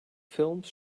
films